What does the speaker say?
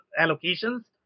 allocations